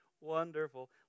Wonderful